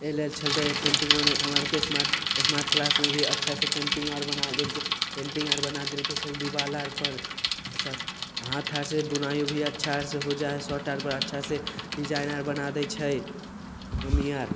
अइ लेल चलते पेन्टिंग मने हमरा आरके स्मार्ट स्मार्ट क्लासमे भी अच्छासँ पेन्टिंग आर बना देलकय पेन्टिंग आर बना देलकय से दिवाल आरपर अच्छासँ हाथ आरसँ बुनाइयो अच्छा आरसँ हो जाइ हइ शर्ट आरपर अच्छासँ डिजाइन आर बना दै छै मम्मी आर